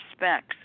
respects